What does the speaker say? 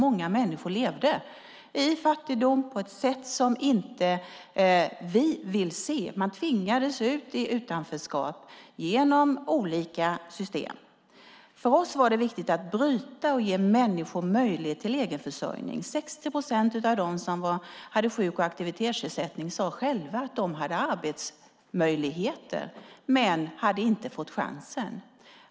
Många människor levde i fattigdom på ett sätt som vi inte vill se. Man tvingades ut i utanförskap genom olika system. För oss var det viktigt att bryta det och ge människor möjlighet till egenförsörjning. Av dem som hade sjuk och aktivitetsersättning sade 60 procent att de hade arbetsmöjligheter men inte hade fått chansen.